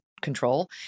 control